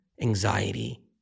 anxiety